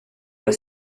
las